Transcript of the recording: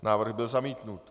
Návrh byl zamítnut.